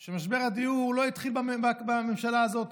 תהיה שמשבר הדיור לא התחיל בממשלה הזאת